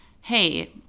Hey